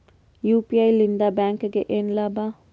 UPI ಲಿಂದ ಬ್ಯಾಂಕ್ಗೆ ಏನ್ ಲಾಭ?